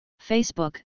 Facebook